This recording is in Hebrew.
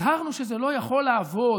הזהרנו שזה לא יכול לעבוד.